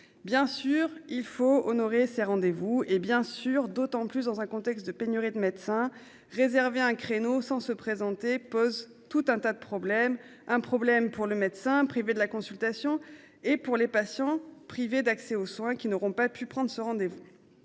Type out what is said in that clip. Bien sûr il faut honorer ses rendez-vous et bien sûr, d'autant plus dans un contexte de pénurie de médecins réserver un créneau sans se présenter pose tout un tas de problèmes, un problème pour le médecin privé de la consultation et pour les patients privés d'accès aux soins qui n'auront pas pu prendre ce rendez-vous.